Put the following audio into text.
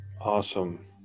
Awesome